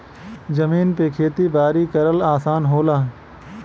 जमीन पे खेती बारी करल आसान होला